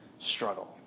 struggle